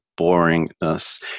boringness